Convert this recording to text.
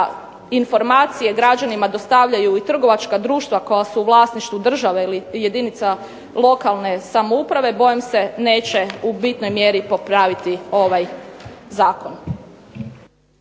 informacije građanima dostavljaju i trgovačka društva koja su u vlasništvu države ili jedinica lokalne samouprave bojim se neće u bitnoj mjeri popraviti ovaj zakon.